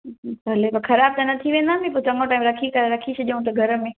भले त ख़राबु त न थी वेंदा आहिनि नी पोइ चङो टाइम रखी करे रखी छॾियूं त घर में